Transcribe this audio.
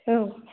औ